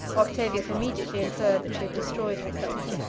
octavius immediately inferred that she had destroyed herself.